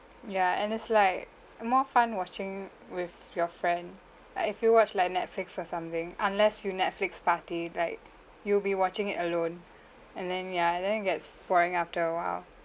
ya and it's like more fun watching with your friend like if you watch like netflix or something unless you netflix party like you'll be watching it alone and then ya and then it gets boring after a while